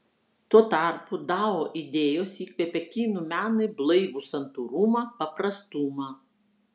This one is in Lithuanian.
tuo tarpu dao idėjos įkvepia kinų menui blaivų santūrumą paprastumą